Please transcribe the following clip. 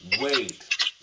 wait